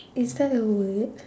is that a word